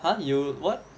!huh! you what